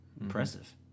Impressive